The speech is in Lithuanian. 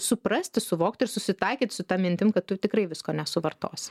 suprasti suvokti ir susitaikyt su ta mintim kad tu tikrai visko nesuvartosi